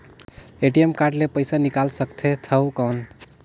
ATM card ले पइसा निकाल सकथे थव कौन?